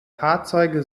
fahrzeuge